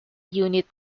unit